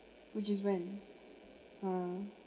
which is when ha